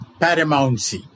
paramountcy